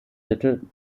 titel